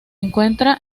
encuentra